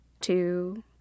two